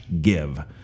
give